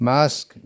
Mask